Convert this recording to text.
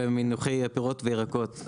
אם כבר במונחי פירות וירקות.